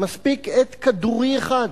מספיק עט כדורי אחד.